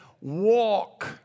Walk